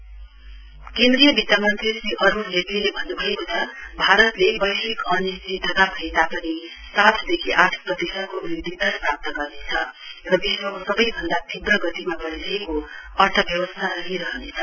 FICCI meeting केन्द्रीय मन्त्री श्री अरुण जेटलीले भन्नुभएको छ भारतले वैश्विक अनिश्चितता भए तापनि सातदेखि आठ प्रतिशतको बृष्टिद दर प्राप्त गर्नेछ र विश्वको सबैभन्दा तीव्र गतिमा बढ़िरहेको अर्थव्यवस्था रहिरहनेछ